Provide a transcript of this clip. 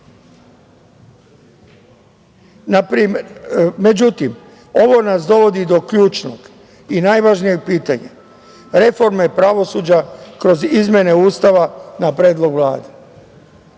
sudija.Međutim, ovo nas dovodi do ključnog i najvažnijeg pitanja reforme pravosuđa kroz izmene Ustava, na predlog Vlade.